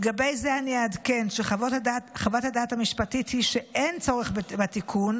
לגבי זה אני אעדכן שחוות הדעת המשפטית היא שאין צורך בתיקון,